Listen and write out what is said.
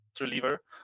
reliever